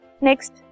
Next